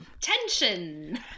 Tension